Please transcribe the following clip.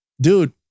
dude